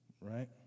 Right